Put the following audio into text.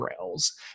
rails